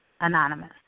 anonymous